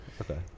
Okay